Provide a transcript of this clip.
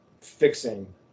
fixing